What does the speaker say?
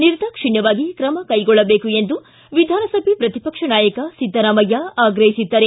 ನಿರ್ದಾಕ್ಷಿಣ್ಠವಾಗಿ ಕ್ರಮಕೈಗೊಳ್ಳಬೇಕು ಎಂದು ವಿಧಾನಸಭೆ ಪ್ರತಿಪಕ್ಷ ನಾಯಕ ಸಿದ್ದರಾಮಯ್ಯ ಆಗ್ರಹಿಸಿದ್ದಾರೆ